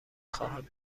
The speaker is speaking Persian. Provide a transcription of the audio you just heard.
خواهم